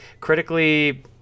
critically